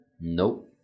Nope